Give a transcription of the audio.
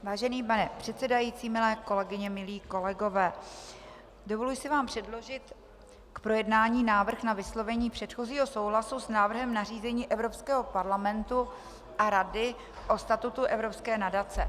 Vážený pane předsedající, milé kolegyně, milí kolegové, dovoluji si vám předložit k projednání návrh na vyslovení předchozího souhlasu s návrhem nařízení Evropského parlamentu a Rady o statutu evropské nadace.